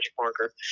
marker